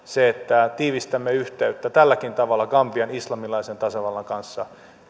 tiivistämme yhteyttä tälläkin tavalla gambian islamilaisen tasavallan kanssa